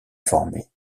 formée